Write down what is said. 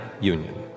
Union